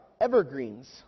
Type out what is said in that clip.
evergreens